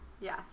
Yes